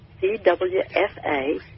C-W-F-A